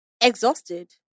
Exhausted